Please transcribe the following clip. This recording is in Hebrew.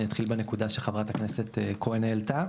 אתחיל בנקודה שחברת הכנסת כהן העלתה